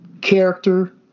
character